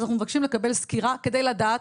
אנחנו מבקשים לקבל סקירה כדי לדעת,